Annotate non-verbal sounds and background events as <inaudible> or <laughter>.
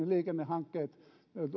<unintelligible> liikennehankkeet